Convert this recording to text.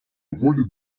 доволі